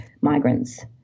migrants